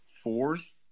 fourth